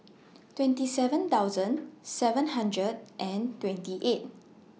twenty seven thousand seven hundred and twenty eight